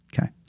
Okay